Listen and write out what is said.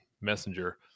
messenger